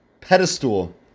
pedestal